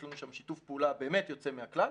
יש לנו שם שיתוף פעולה באמת יוצא מהכלל,